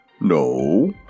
No